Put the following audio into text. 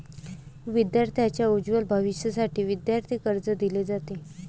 विद्यार्थांच्या उज्ज्वल भविष्यासाठी विद्यार्थी कर्ज दिले जाते